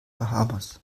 bahamas